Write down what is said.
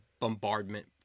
bombardment